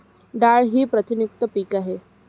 डाळ ही प्रथिनयुक्त पीक आहे